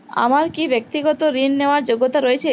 আমার কী ব্যাক্তিগত ঋণ নেওয়ার যোগ্যতা রয়েছে?